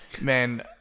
man